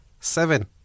seven